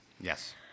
Yes